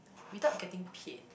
without getting paid